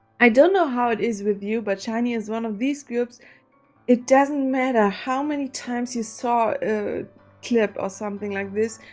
i don't know how it is with you but shinee is one of these groups it doesn't matter how many times you saw a clip or something like this.